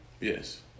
Yes